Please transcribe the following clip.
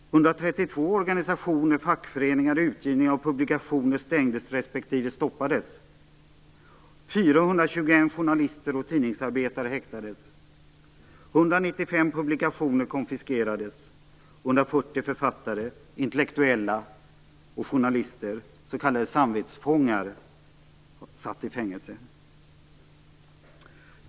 132 journalister och tidningsarbetare häktades. 195 publikationer konfiskerades, och 140 författare, intellektuella och journalister, s.k. samvetsfångar, satt i fängelse.